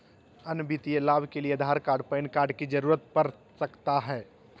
अन्य वित्तीय लाभ के लिए आधार कार्ड पैन कार्ड की जरूरत पड़ सकता है?